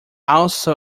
also